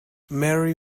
mary